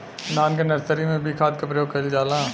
धान के नर्सरी में भी खाद के प्रयोग कइल जाला?